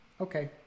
okay